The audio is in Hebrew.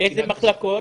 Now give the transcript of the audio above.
מחלקה